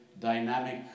dynamic